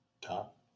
top